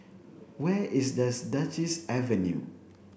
where is thus Duchess Avenue